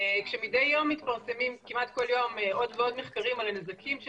מדי יום מתפרסמים עוד ועוד מחקרים על הנזקים של